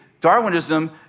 Darwinism